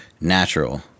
natural